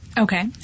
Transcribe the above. Okay